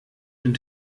den